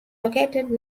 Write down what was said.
located